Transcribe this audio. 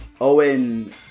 Owen